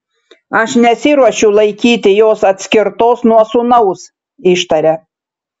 aš nesiruošiu laikyti jos atskirtos nuo sūnaus ištaria